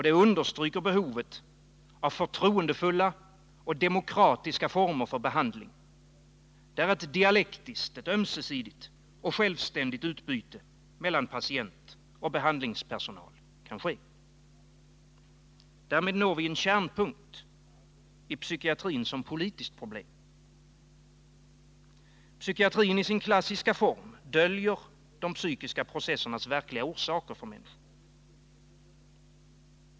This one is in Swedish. Det understryker behovet av förtroendefulla och demokratiska former för behandling, där ett dialektiskt, ömsesidigt och självständigt utbyte mellan patient och behandlingspersonal kan ske. Därmed når vi en kärnpunkt i psykiatrin som politiskt problem. Psykiatrin i sin klassiska form döljer de psykiska processernas verkliga orsaker för människor.